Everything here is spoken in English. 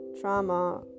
trauma